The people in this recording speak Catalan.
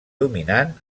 dominant